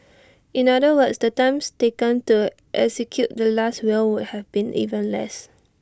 in other words the time taken to execute the Last Will would have been even less